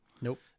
Nope